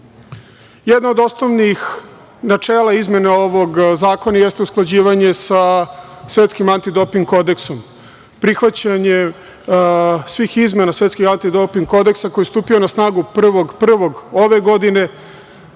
od osnovnih načela izmene ovog zakona jeste usklađivanje sa Svetskim antidoping kodeksom. Prihvatanjem svih izmena Svetskog antidoping kodeksa koji je stupio na snagu 1.1. ove godine